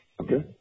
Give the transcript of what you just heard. Okay